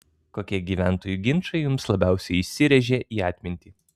kokie gyventojų ginčai jums labiausiai įsirėžė į atmintį